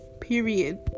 Period